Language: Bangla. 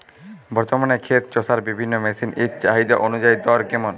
বর্তমানে ক্ষেত চষার বিভিন্ন মেশিন এর চাহিদা অনুযায়ী দর কেমন?